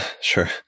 Sure